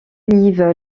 live